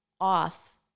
off